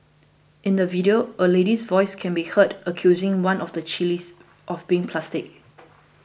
in the video a lady's voice can be heard accusing one of the chillies of being plastic